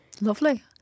Lovely